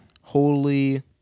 Holy